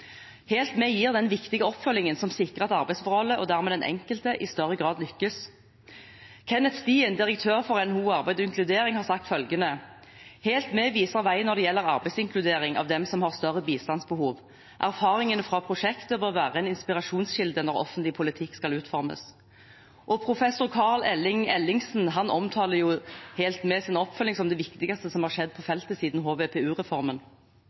Helt Med gir den viktige oppfølgingen som sikrer at arbeidsforholdet og dermed den enkelte i større grad lykkes. Kenneth Stien, direktør for NHO Arbeid & Inkludering, har sagt følgende: «HELT MED viser vei når det gjelder arbeidsinkludering av dem som har større bistandsbehov. Erfaringene fra prosjektet bør være en inspirasjonskilde når offentlig politikk skal utformes.» Og professor Karl Elling Ellingsen omtaler oppfølgingen til Helt Med som det viktigste som har skjedd på